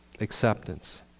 acceptance